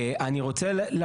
בטח לא בפרויקט תחבורה.